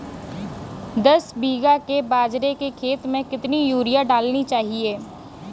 दस बीघा के बाजरे के खेत में कितनी यूरिया डालनी चाहिए?